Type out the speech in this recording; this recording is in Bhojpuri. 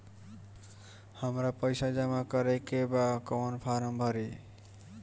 हमरा पइसा जमा करेके बा कवन फारम भरी?